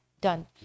done